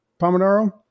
Pomodoro